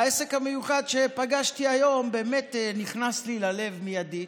העסק המיוחד שפגשתי היום באמת נכנס לי ללב מיידית.